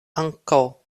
ankaŭ